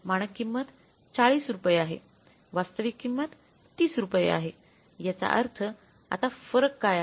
मानक किंमत 40 रुपये आहे वास्तविक किंमत 30 रुपये आहे याचा अर्थ आता फरक काय आहे